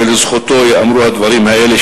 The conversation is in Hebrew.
ולזכותו ייאמרו הדברים האלה,